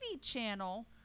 channel